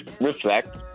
reflect